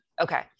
okay